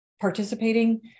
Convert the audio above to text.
participating